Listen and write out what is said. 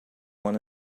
one